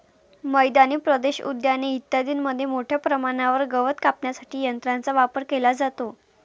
मैदानी प्रदेश, उद्याने इत्यादींमध्ये मोठ्या प्रमाणावर गवत कापण्यासाठी यंत्रांचा वापर केला जातो